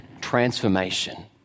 transformation